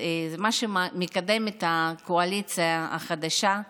מה שמקדמת הקואליציה החדשה,